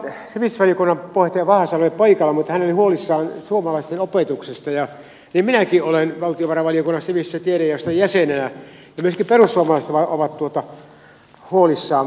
nyt sivistysvaliokunnan puheenjohtaja vahasalo ei ole paikalla mutta hän oli huolissaan suomalaisten opetuksesta ja niin minäkin olen valtiovarainvaliokunnan sivistys ja tiedejaoston jäsenenä ja myöskin perussuomalaiset ovat huolissaan